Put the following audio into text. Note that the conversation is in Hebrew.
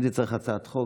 אם זה מצריך הצעת חוק,